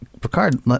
Picard